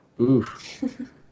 Oof